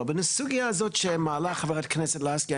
בסוגיה הזאת שמעלה חברת הכנסת לסקי,